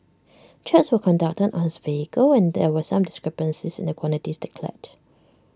checks were conducted on his vehicle and there were some discrepancies in the quantities declared